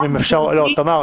תמר,